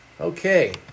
Okay